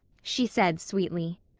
she said sweetly.